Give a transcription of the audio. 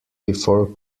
before